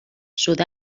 sud